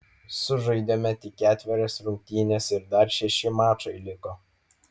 sužaidėme tik ketverias rungtynes ir dar šeši mačai liko